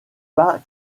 pas